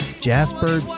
Jasper